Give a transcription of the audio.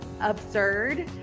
absurd